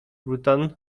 rutan